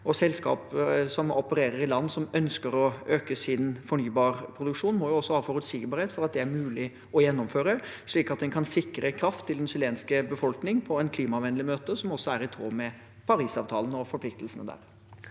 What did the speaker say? selskap som opererer i land som ønsker å øke sin fornybarproduksjon, må også ha forutsigbarhet for at det er mulig å gjennomføre, slik at en kan sikre kraft til den chilenske befolkning på en klimavennlig måte, noe som også er i tråd med Parisavtalen og forpliktelsene der.